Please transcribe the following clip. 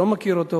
אתה משיב על זה?